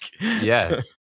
yes